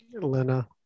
Lena